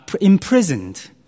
imprisoned